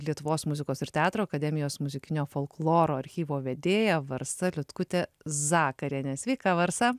lietuvos muzikos ir teatro akademijos muzikinio folkloro archyvo vedėja varsa liutkutė zakarienė sveika varsa